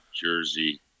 jersey